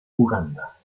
uganda